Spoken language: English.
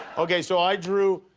okay so i drew.